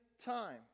time